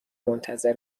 منتظر